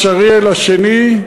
יש אריאל השני,